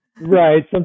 Right